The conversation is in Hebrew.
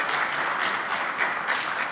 (מחיאות כפיים)